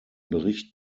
bericht